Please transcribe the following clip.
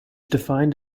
defined